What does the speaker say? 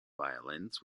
violins